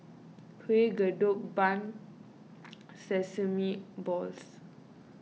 Kueh Kodok Bun Sesame Balls